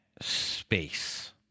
space